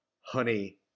Honey